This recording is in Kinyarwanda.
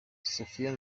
sophia